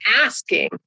asking